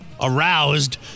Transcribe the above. aroused